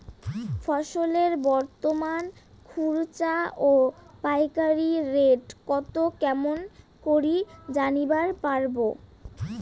ফসলের বর্তমান খুচরা ও পাইকারি রেট কতো কেমন করি জানিবার পারবো?